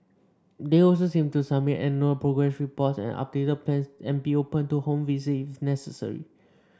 they also same to submit annual progress reports and updated plans and be open to home visits if necessary